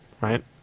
Right